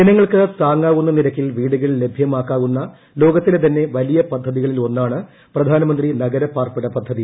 ജനങ്ങൾക്ക് താങ്ങാവുന്ന നിരക്കിൽ വീടുകൾ ലഭ്യമാക്കുന്ന ലോകത്തിലെ തന്നെ വലിയ പദ്ധതികളിൽ ഒന്നാണ് പ്രധാനമന്ത്രി നഗരപാർപ്പിട പദ്ധതി